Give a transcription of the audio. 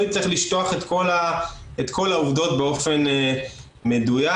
מתחלק באופן לא אחיד.